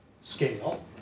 scale